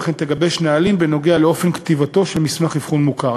וכן תגבש נהלים לאופן כתיבת מסמך אבחון מוכר.